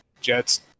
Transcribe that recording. Jets